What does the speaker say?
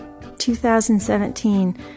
2017